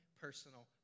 personal